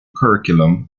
curriculum